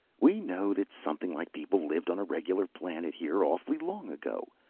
we know that something like people lived on a regular planet here, awful long ago.